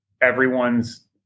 everyone's